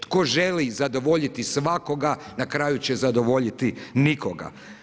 Tko želi zadovoljiti svakoga na kraju će zadovoljiti nikoga.